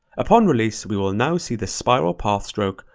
upon release, we will now see the spiral path stroke,